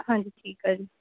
ਹਾਂਜੀ ਠੀਕ ਹਾਂ ਜੀ